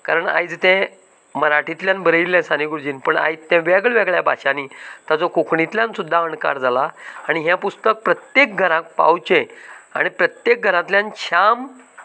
कारण आयज तें मराठींतल्यान बरयल्लें साने गुरुजीन पूण आयज तें वेगवेगळ्यां भाशांनी ताचो कोंकणींतल्यान सुद्दां अणकार जालां आनी हे पुस्तक प्रत्येंक घरांत पावचें आनी प्रत्येक घरांतल्यान श्याम